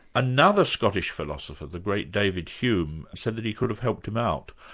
another scottish philosopher, the great david hume, said that he could have helped him out.